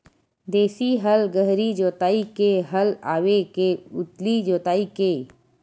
देशी हल गहरी जोताई के हल आवे के उथली जोताई के?